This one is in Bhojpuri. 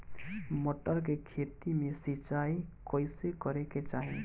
मटर के खेती मे सिचाई कइसे करे के चाही?